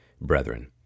Brethren